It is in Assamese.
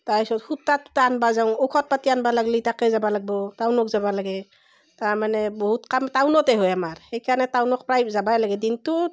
তাৰপিছত সূতা তূতা আনিব যাওঁ ঔষধ পাতি আনিব লাগিলে তাকে যাব লাগিব টাউনত যাব লাগে তাৰমানে বহুত কাম টাউনতে হয় আমাৰ সেইকাৰণে টাউনক প্ৰায় যাবই লাগে দিনটোত